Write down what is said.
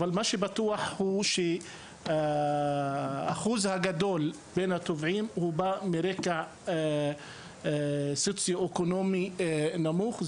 אבל אני בטוח שאחוז גדול מבין הטובעים הם מרקע סוציו-אקונומי נמוך.